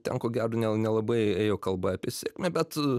ten ko gero ne nelabai ėjo kalba apie sėkmę bet